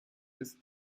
ist